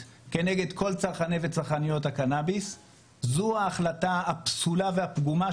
כנגד כל צרכני וצרכניות הקנאביס זו ההחלטה הפסולה והפגומה,